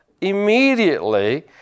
immediately